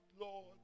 Lord